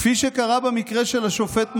כפי שקרה במקרה של השופט מזוז.